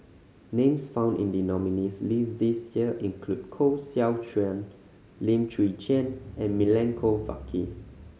names found in the nominees' list this year include Koh Seow Chuan Lim Chwee Chian and Milenko Prvacki